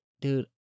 dude